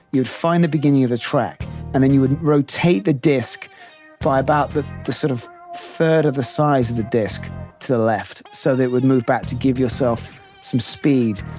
you'd find the beginning of the track and then you would rotate the disk for about the the sort of third of the size the disk to the left, so they would move back to give yourself some speed.